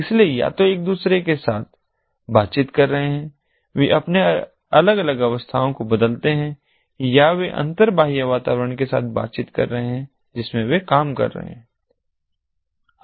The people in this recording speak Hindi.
इसलिए या तो वे एक दूसरे के साथ बातचीत कर रहे हैं वे अपने अलग अलग अवस्थाओं को बदलते हैं या वे अंतर बाह्य वातावरण के साथ बातचीत कर रहे हैं जिसमें वे काम कर रहे हैं